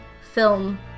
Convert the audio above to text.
film